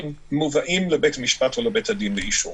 המובאים לבית המשפט ולבית הדין לאישור.